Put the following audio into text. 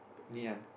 Ngee-Ann